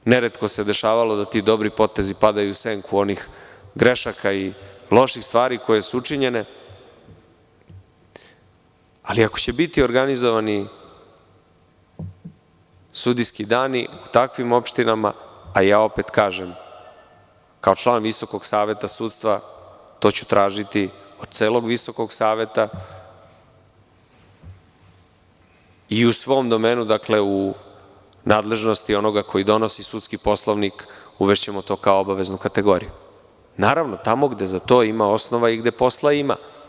Neretko se dešavalo da ti dobri potezi padaju u senku onih grešaka i loših stvari koje su učinjene, ali ako će biti organizovani sudijski dani u takvim opštinama, a ja opet kažem kao član VSS to ću tražiti od celog VSS i u svom domenu u nadležnosti onoga ko donosi Sudski Poslovnik, uvešćemo to kao obaveznu kategoriju naravno tamo gde za to ima osnova i gde posla ima.